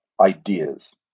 ideas